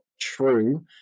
true